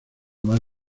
más